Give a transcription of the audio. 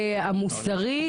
המוסרית,